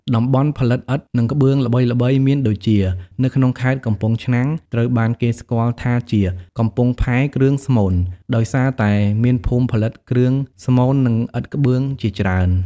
តំបន់ផលិតឥដ្ឋ និងក្បឿងល្បីៗមានដូចជា នៅក្នុងខេត្ត កំពង់ឆ្នាំង ត្រូវបានគេស្គាល់ថាជា "កំពង់ផែគ្រឿងស្មូន" ដោយសារតែមានភូមិផលិតគ្រឿងស្មូន និងឥដ្ឋក្បឿងជាច្រើន។